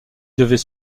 devait